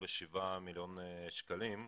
57 מיליון שקלים,